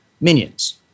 minions